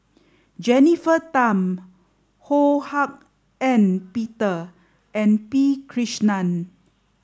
Jennifer Tham Ho Hak Ean Peter and P Krishnan